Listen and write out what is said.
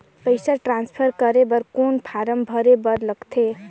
पईसा ट्रांसफर करे बर कौन फारम भरे बर लगथे?